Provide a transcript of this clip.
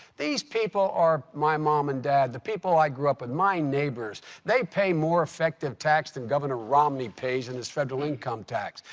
these people are my mom and dad, the people i grew up with, my neighbors. they pay more effective tax than governor romney pays in his federal income tax.